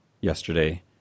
yesterday